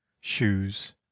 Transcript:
shoes